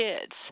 kids